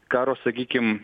karo sakykim